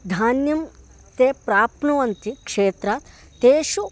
धान्यं ते प्राप्नुवन्ति क्षेत्रात् तेषु